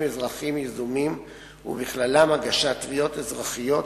שעל-פיה יש לנקוט כלי אכיפה משולבים להבטחת קיום החוק,